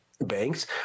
banks